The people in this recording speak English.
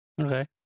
Okay